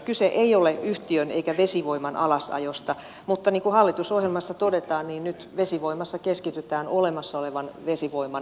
kyse ei ole yhtiön eikä vesivoiman alasajosta mutta niin kuin hallitusohjelmassa todetaan niin nyt vesivoimassa keskitytään olemassa olevan vesivoiman käytön tehostamiseen